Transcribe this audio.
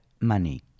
money